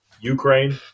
Ukraine